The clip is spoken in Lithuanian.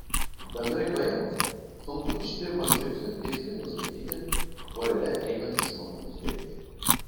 bendrai paėmus sunku iš pirmo žvilgsnio tiksliai nustatyti vorele einančių žmonių skaičių